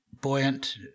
buoyant